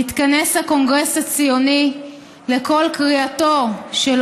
נתכנס הקונגרס הציוני לקול קריאתו של